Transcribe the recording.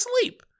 sleep